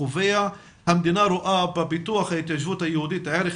קובע: המדינה רואה בפיתוח ההתיישבות היהודית ערך